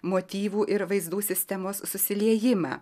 motyvų ir vaizdų sistemos susiliejimą